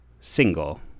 single